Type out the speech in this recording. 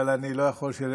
אבל לא יכול שזה,